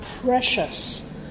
precious